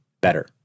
better